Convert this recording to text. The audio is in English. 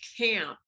camp